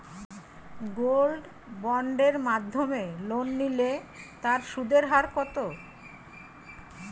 Gold বন্ডের মাধ্যমে loan নিলে তার সুদের হার কত?